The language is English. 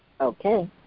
Okay